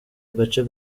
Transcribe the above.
agace